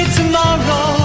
tomorrow